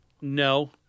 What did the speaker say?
no